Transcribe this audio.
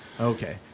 Okay